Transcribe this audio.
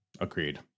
Agreed